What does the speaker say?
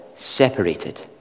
separated